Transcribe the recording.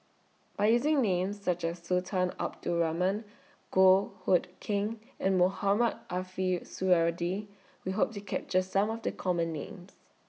By using Names such as Sultan Abdul Rahman Goh Hood Keng and Mohamed Ariff We Hope to capture Some of The Common Names